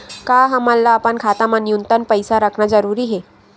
का हमला अपन खाता मा न्यूनतम पईसा रखना जरूरी हे?